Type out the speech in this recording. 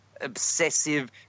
obsessive